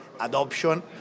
adoption